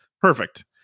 Perfect